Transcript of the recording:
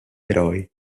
eroi